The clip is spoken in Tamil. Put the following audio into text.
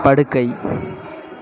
படுக்கை